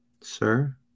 sir